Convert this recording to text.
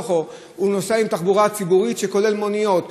הוא נוסע גם בתחבורה ציבורית, שכוללת מוניות.